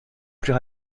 plus